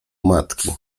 matki